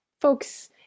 folks